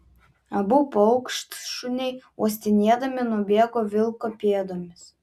abu paukštšuniai uostinėdami nubėgo vilkų pėdomis